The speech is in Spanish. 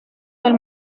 del